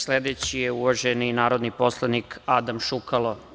Sledeći je uvaženi narodni poslanik Adam Šukalo.